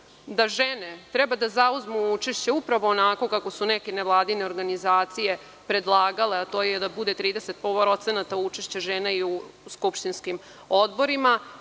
da žene treba da zauzmu učešće upravo onako kako su neke nevladine organizacije predlagale, a to je da bude 30% učešća žena i u skupštinskim odborima.